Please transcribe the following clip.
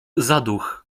zaduch